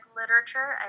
literature